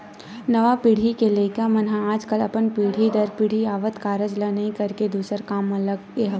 नवा पीढ़ी के लइका मन ह आजकल अपन पीढ़ी दर पीढ़ी आवत कारज ल नइ करके दूसर काम म लगे हवय